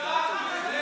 תשכח מזה.